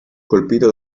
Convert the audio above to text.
colpito